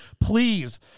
Please